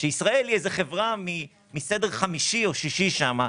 שישראל היא איזה חברה מסדר חמישי או שישי שם,